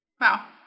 Wow